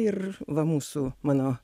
ir va mūsų mano